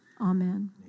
Amen